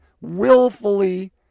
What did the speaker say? willfully